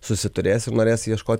susiturės ir norės ieškot